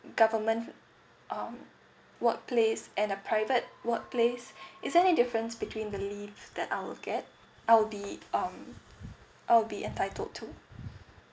government um workplace and a private workplace is there any difference between the leave that I'll get I'll be um I'll be entitled to